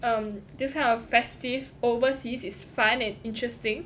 um this kind of festive overseas is fun and interesting